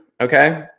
Okay